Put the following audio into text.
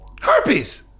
Herpes